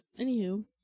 anywho